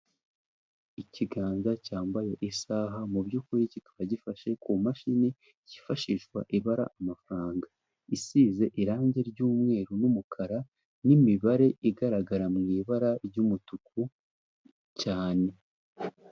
Ikiganza cyambaye isaha mu by'ukuri kikaba gifashe ku mashini cyifashishwa ibara amafaranga isize irangi ry'umweru n'umukara, n'imibare igaragara mu ibara ry'umutuku cyane.